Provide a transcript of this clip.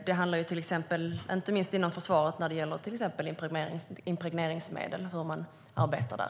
Det handlar inte minst om impregneringsmedel inom försvaret och hur man arbetar där.